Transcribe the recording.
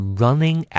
running